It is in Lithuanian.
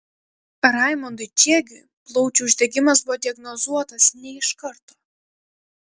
raimondui čiegiui plaučių uždegimas buvo diagnozuotas ne iš karto